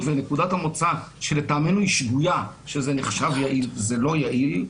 ונקודת המוצא שלטעמנו היא שגויה שזה נחשב יעיל וזה לא יעיל,